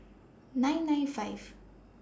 nine nine five